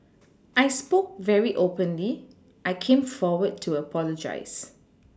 I spoke very openly I came forward to apologise